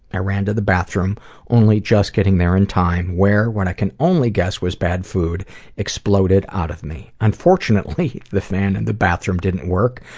i ran to the bathroom only just getting there in time, where what i can only guess was bad food exploded out of me. unfortunately, the fan in and the bathroom didn't work,